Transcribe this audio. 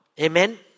Amen